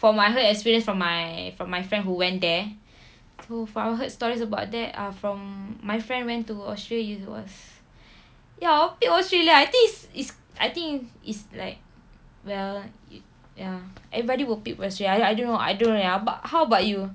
for my heard experience from my from my friend who went there so far heard stories about that ah from my friend went to australia it was ya I'll pick australia I think is is I think is like well ya everybody will pick australia I I don't know I don't know ya but how about you